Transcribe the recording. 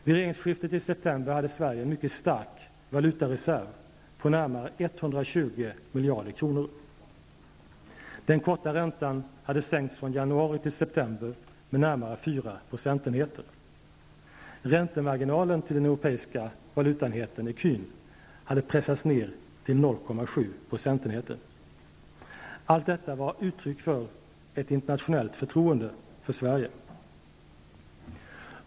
Vid regeringsskiftet i september hade Sverige en mycket stark valutareserv på närmare 120 miljarder kronor. Den korta räntan hade sänkts från januari till september med närmare 4 procentenheter. Räntemarginalen till den europeiska valutan, ecun, hade pressats ned till 0,7 %. Allt detta var uttryck för ett internationellt förtroende för Sverige.